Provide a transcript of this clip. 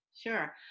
Sure